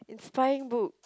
inspiring book